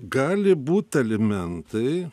gali būt alimentai